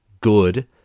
good